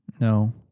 No